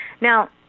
Now